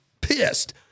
pissed